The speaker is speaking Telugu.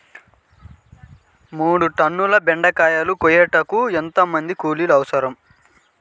మూడు టన్నుల బెండకాయలు కోయుటకు ఎంత మంది కూలీలు అవసరం?